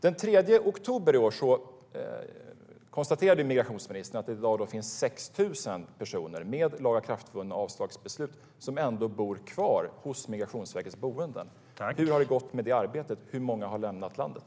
Den 3 oktober i år konstaterade migrationsministern att det finns 6 000 personer med lagakraftvunna avslagsbeslut som ändå bor kvar i Migrationsverkets boenden. Hur har det gått med det arbetet? Hur många har lämnat landet?